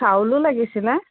চাউলো লাগিছিলে